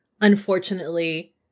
unfortunately